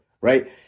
right